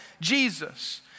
Jesus